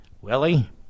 Willie